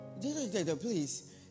please